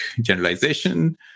generalization